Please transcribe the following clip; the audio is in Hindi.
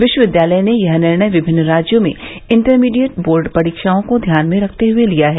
विश्वविद्यालय ने यह निर्णय विभिन्न राज्यों की इंटरमीडिएट बोर्ड परीक्षाओं को ध्यान में रखते हुए लिया है